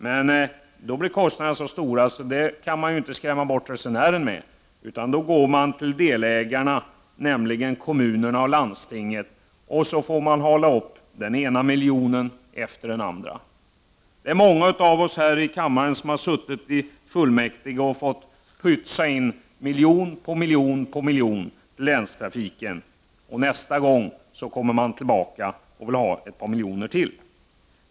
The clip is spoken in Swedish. Men eftersom kostnaderna ofta blir så stora att de skulle skrämma bort resenärerna vänder man sig å andra sidan många gånger till delägarna, kommun och landsting, som får punga ut med den ena miljonen efter den andra. Många av ledamöterna här i kammaren har i kommunfullmäktigeförsamlingar fått bidra till att pytsa ut miljon efter miljon till länstrafiken, bara för att nästa gång få se att man kommer tillbaka och vill ha ett par miljoner till.